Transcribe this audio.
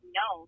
no